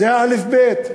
זה האלף-בית.